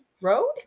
road